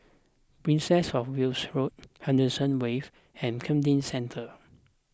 Princess of Wales Road Henderson Wave and Camden Centre